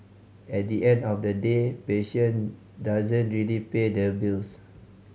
at the end of the day passion doesn't really pay the bills